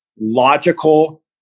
logical